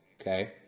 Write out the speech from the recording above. Okay